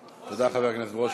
תודה, תודה, חבר הכנסת ברושי.